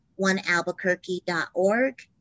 onealbuquerque.org